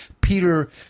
peter